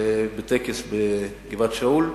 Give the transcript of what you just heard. בטקס בגבעת-שאול,